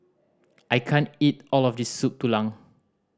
I can't eat all of this Soup Tulang